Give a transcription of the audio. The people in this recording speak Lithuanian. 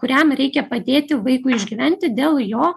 kuriam reikia padėti vaikui išgyventi dėl jo